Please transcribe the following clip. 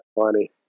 funny